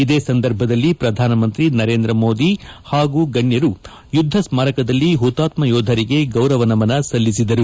ಇದೇ ಸಂದರ್ಭದಲ್ಲಿ ಪ್ರಧಾನ ಮಂತ್ರಿ ನರೇಂದ್ರ ಮೋದಿ ಹಾಗೂ ಗಣ್ಡರು ಯುದ್ದ ಸ್ನಾರಕದಲ್ಲಿ ಹುತಾತ್ತ ಯೋಧರಿಗೆ ಗೌರವ ನಮನ ಸಲ್ಲಿಸಿದರು